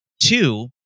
Two